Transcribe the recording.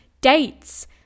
dates